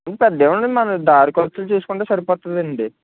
ఇంకేముంది మనం దారి ఖర్చులు చూసుకుంటే సరిపోతుంది అండి